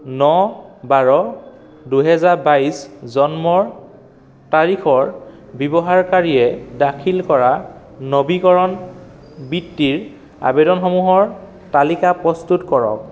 ন বাৰ দুহেজাৰ বাইছ জন্মৰ তাৰিখৰ ব্যৱহাৰকাৰীয়ে দাখিল কৰা নবীকৰণ বৃত্তিৰ আবেদনসমূহৰ তালিকা প্ৰস্তুত কৰক